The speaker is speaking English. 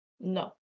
No